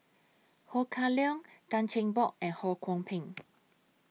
Ho Kah Leong Tan Cheng Bock and Ho Kwon Ping